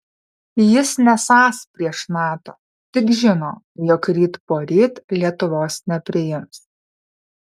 jis nesąs prieš nato tik žino jog ryt poryt lietuvos nepriims